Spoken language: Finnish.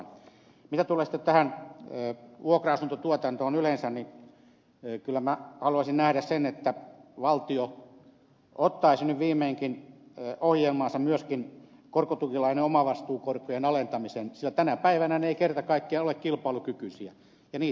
mitä tulee sitten tähän vuokra asuntotuotantoon yleensä niin kyllä minä haluaisin nähdä sen että valtio ottaisi nyt viimeinkin ohjelmaansa myöskin korkotukilainan omavastuukorkojen alentamisen sillä tänä päivänä ne eivät kerta kaikkiaan ole kilpailukykyisiä ja vuokra asuntoja ei rakenneta